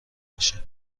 باشین